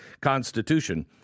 Constitution